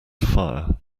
fire